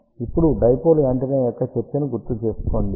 ఇప్పుడు dipole antenna యొక్క చర్చను గుర్తుచేసుకోండి